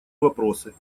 вопросы